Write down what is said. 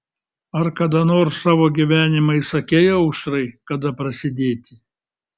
ar kada nors savo gyvenime įsakei aušrai kada prasidėti